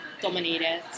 dominated